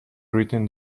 written